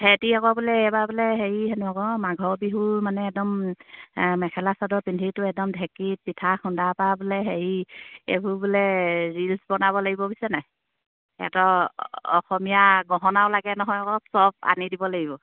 সেহেঁতি আকৌ বোলে এইবাৰ বোলে হেৰি মাঘৰ বিহু মানে একদম মেখেলা চাদৰ পিন্ধিটো একদম ঢেঁকীত পিঠা খুন্দা পা বোলে হেৰি এইবোৰ বোলে ৰিলচ বনাব লাগিব বুইছ নাই অসমীয়া গহনাও লাগে নহয় আকৌ চব আনি দিব লাগিব